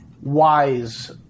wise